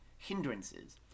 hindrances